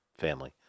family